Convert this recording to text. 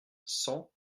cent